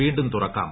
വീണ്ടും തുറക്കാം